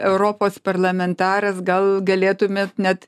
europos parlamentaras gal galėtumėt net